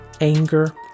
anger